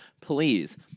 please